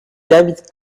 david